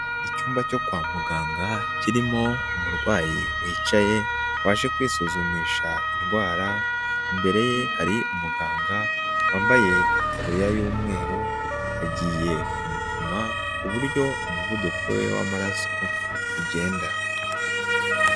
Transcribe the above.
icyumba cyo kwa muganga, kirimo umurwayi wicaye, waje kwisuzumisha indwara, imbere ye hari umuganga wambaye ikaturiya y'umweru, agiye kumupima uburyo umuvuduko we w'amaraso ugenda.